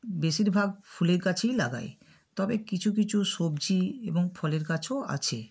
বেশিরভাগ ফুলের গাছই লাগাই তবে কিছু কিছু সবজি এবং ফলের গাছও আছে